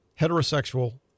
heterosexual